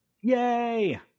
Yay